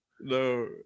No